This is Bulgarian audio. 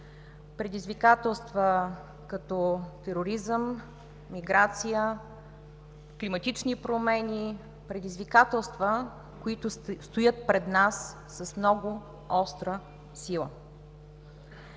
Предизвикателства като тероризъм, миграция, климатични промени. Предизвикателства, които стоят пред нас, с много остра сила.